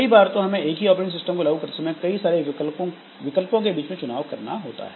कई बार तो हमें एक ही ऑपरेटिंग सिस्टम को लागू करते समय कई सारे विकल्पों के बीच में चुनाव करना होता है